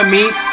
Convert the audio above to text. meet